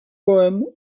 poem